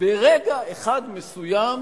ברגע אחד מסוים